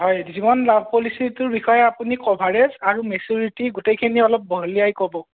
হয় জীৱন লাভ পলিচিটোৰ বিষয়ে আপুনি কভাৰেজ আৰু মিচিউৰিটি গোটেইখিনি অলপ বহলাই ক'ব